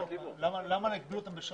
למה להגביל אותם בשעות?